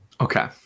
Okay